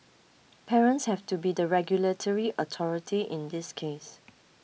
parents have to be the regulatory authority in this case